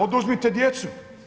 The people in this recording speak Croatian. Oduzmite djecu.